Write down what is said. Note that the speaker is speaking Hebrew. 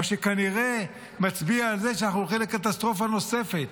מה שכנראה מצביע על זה שאנחנו הולכים לקטסטרופה נוספת.